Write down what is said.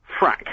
Frack